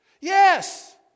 Yes